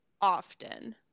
often